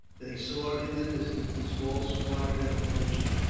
they saw in the distance a small squadron approaching.